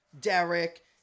Derek